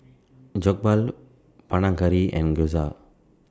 Jokbal Panang Curry and Gyoza